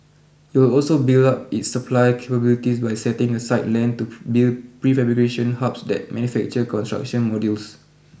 it will also build up its supply capabilities by setting aside land to build prefabrication hubs that manufacture construction modules